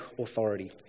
authority